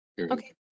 Okay